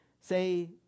say